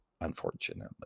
unfortunately